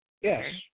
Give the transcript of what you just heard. Yes